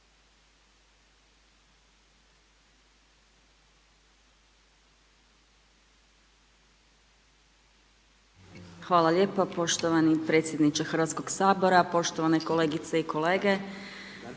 Hvala lijepa poštovani predsjedniče Hrvatskog sabora, poštovane kolegice i kolege.